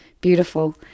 beautiful